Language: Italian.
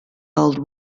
old